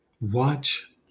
Watch